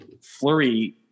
flurry